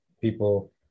people